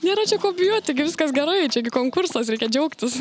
nėra čia ko bijoti viskas gerai čia gi konkursas reikia džiaugtis